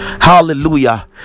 hallelujah